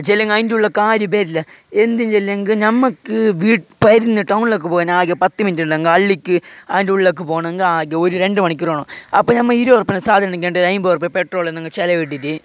ചെല്ലെങ്കില് അതിന്റെ ഉള്ളിലൊക്കെ ആരും വരില്ല എന്ത് ചെല്ലെങ്കില് ഞമ്മക്ക് വീ ടൗണിലൊക്കെ പോകാന് ആകെ പത്തു മിനിറ്റുള്ളെങ്കെ അള്ളിക്ക് അതിന്റെ ഉള്ളിലൊക്കെ പോകണമെങ്കിൽ ഒരു രണ്ടു മണിക്കൂർ വേണം അപ്പോൾ ഞമ്മ ഇരുവറുപ്പേടെ സാധനം ഉണ്ടെങ്കിൽ അൻപത് റുപ്യാ പെട്രോളിനങ്ങ് ചിലവു വിട്ടിട്ട്